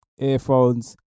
earphones